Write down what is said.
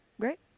great